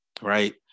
Right